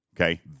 Okay